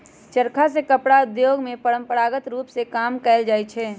चरखा से कपड़ा उद्योग में परंपरागत रूप में काम कएल जाइ छै